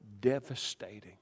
devastating